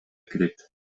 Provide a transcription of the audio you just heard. кирет